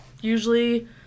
usually